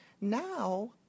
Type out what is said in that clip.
now